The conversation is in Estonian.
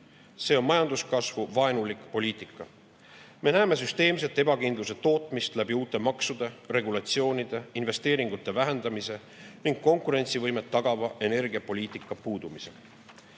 see on majanduskasvuvaenulik poliitika. Me näeme süsteemset ebakindluse tootmist läbi uute maksude, regulatsioonide, investeeringute vähendamise ning konkurentsivõimet tagava energiapoliitika puudumise.